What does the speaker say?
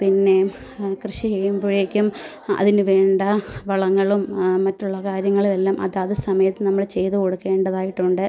പിന്നെ കൃഷി ചെയ്യുമ്പൊഴേക്കും അതിന് വേണ്ട വളങ്ങളും മറ്റുള്ള കാര്യങ്ങളുമെല്ലാം അതാത് സമയത്ത് നമ്മൾ ചെയ്ത് കൊടുക്കേണ്ടതായിട്ടുണ്ട്